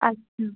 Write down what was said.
अ